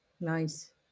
Nice